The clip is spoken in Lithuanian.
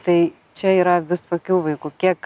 tai čia yra visokių vaikų kiek